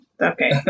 okay